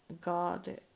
God